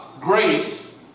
grace